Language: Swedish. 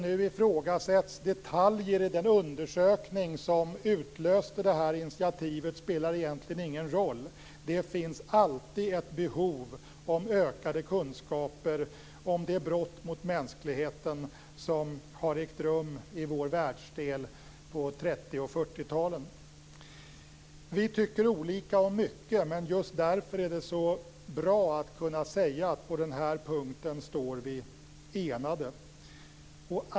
Att detaljer i den undersökning som utlöste det här initiativet nu ifrågasätts spelar egentligen ingen roll. Det finns alltid ett behov av ökade kunskaper om de brott mot mänskligheten som har ägt rum i vår världsdel på 30 och 40-talen. Vi tycker olika om mycket, men just därför är det bra att kunna säga att vi på den här punkten står enade.